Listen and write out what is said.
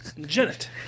Janet